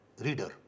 Reader